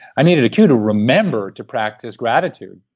i needed a cue to remember to practice gratitude,